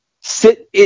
sit